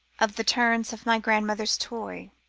of the turns of my grandmother's toy.